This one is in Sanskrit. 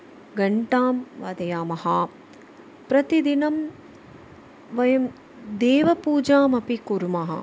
अतः घण्टां वादयामः प्रतिदिनं वयं देवपूजामपि कुर्मः